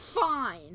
Fine